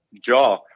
jaw